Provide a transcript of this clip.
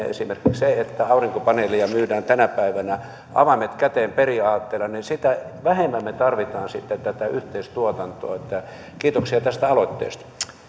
esimerkiksi se että aurinkopaneeleja myydään tänä päivänä avaimet käteen periaatteella sitä vähemmän me tarvitsemme sitten tätä yhteistuotantoa kiitoksia tästä aloitteesta